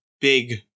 big